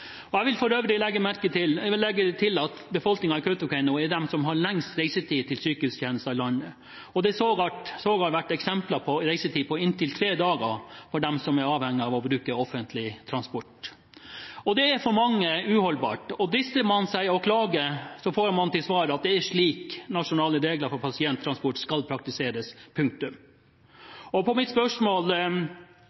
Jeg vil for øvrig legge til at befolkningen i Kautokeino er de som har lengst reise til sykehustjenester i landet. Det har sågar vært eksempler på reisetid på inntil tre dager for dem som er avhengige av å bruke offentlig transport. Det er for mange uholdbart – og drister man seg til å klage, får man til svar at det er slik nasjonale regler for pasienttransport skal praktiseres. Punktum. På mitt skriftlige spørsmål